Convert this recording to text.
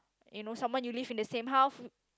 you know someone you live in the same house